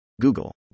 Google